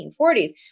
1840s